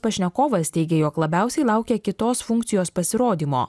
pašnekovas teigia jog labiausiai laukia kitos funkcijos pasirodymo